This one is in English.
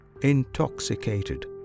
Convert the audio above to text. intoxicated